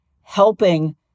helping